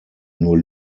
nur